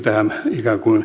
tähän